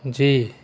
G